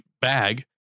bag